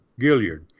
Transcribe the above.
Gilliard